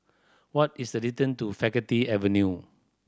what is the distance to Faculty Avenue